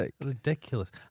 Ridiculous